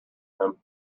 them